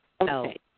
Okay